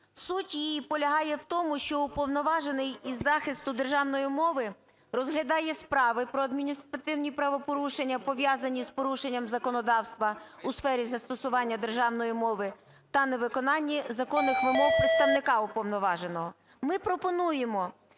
Суть її полягає в тому, що Уповноважений із захисту державної мови розглядає справи про адміністративні правопорушення, пов'язані з порушенням законодавства у сфері застосування державної мови, та невиконання законних вимог представника уповноваженого.